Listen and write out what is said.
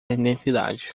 identidade